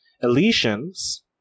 Elysians